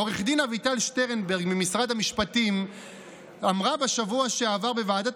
עו"ד אביטל שטרנברג ממשרד המשפטים אמרה בשבוע שעבר בוועדת